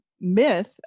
myth